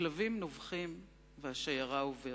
הכלבים נובחים והשיירה עוברת,